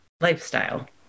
lifestyle